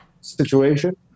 situation